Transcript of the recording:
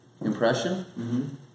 impression